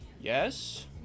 Yes